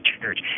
church